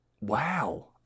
Wow